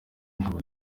nkaba